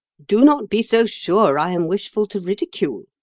do not be so sure i am wishful to ridicule,